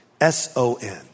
S-O-N